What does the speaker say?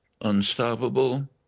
unstoppable